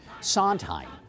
Sondheim